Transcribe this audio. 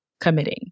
committing